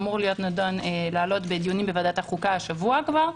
אמור לעלות לדיונים בוועדת החוקה השבוע כבר.